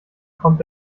kommt